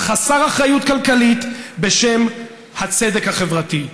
חסר אחריות כלכלית, בשם הצדק החברתי.